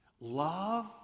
love